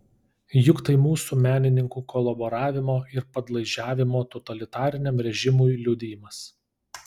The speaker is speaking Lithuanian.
juk tai mūsų menininkų kolaboravimo ir padlaižiavimo totalitariniam režimui liudijimas